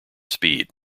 speed